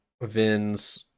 Vin's